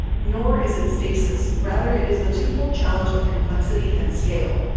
nor is it stasis, rather it is the twofold challenge of complexity and scale.